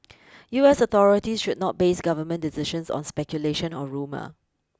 U S authorities should not base government decisions on speculation or rumour